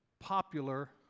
popular